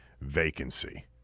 vacancy